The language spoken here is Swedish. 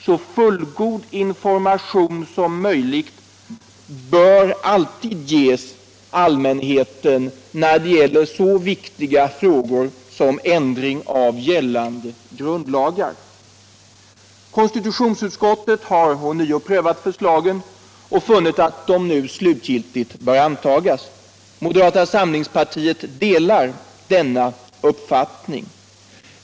Så fullgod information som möjligt bör alltid ges allmänheten i så viktiga frågor som ändring av gällande grundlagar utgör. Konstitlutionsutskottet har ånyo prövat förslagen och funnit att de nu slutgiltigt bör antagas. Moderata samlingspartiet delar denna uppfattning.